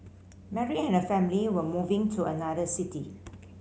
Mary and her family were moving to another city